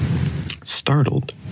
Startled